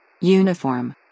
Uniform